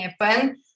happen